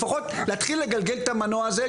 לפחות להתחיל לגלגל את המנוע הזה,